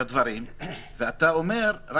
את אומרת שגם